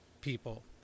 people